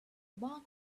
bug